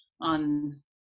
on